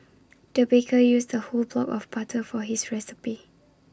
the baker used A whole block of butter for his recipe